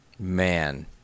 Man